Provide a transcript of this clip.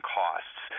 costs